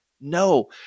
No